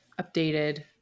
updated